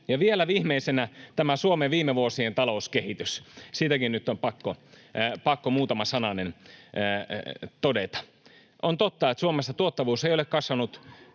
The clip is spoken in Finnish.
Vielä viimeisenä tästä Suomen viime vuosien talouskehityksestäkin nyt on pakko muutama sananen todeta: On totta, että Suomessa tuottavuus ei ole kasvanut